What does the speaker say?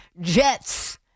Jets